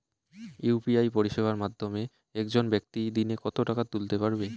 UPI পরিষেবার মাধ্যমে একজন ব্যাক্তি দিনে কত টাকা তুলতে পারবে?